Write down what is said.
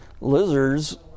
Lizards